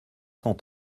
cent